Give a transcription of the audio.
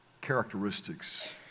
characteristics